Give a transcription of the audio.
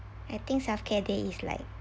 I think self care day is like